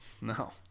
No